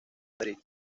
madrid